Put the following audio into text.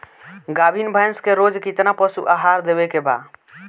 गाभीन भैंस के रोज कितना पशु आहार देवे के बा?